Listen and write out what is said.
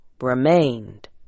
remained